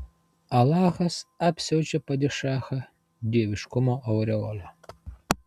alachas apsiaučia padišachą dieviškumo aureole